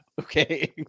Okay